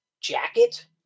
jacket